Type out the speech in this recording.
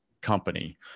company